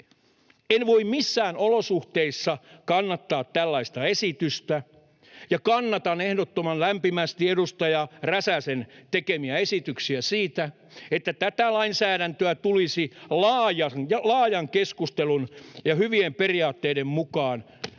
En voi missään olosuhteissa kannattaa tällaista esitystä. Kannatan ehdottoman lämpimästi edustaja Räsäsen tekemiä esityksiä siitä, että tästä lainsäädännöstä tulisi hyvien periaatteiden mukaan